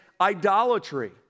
idolatry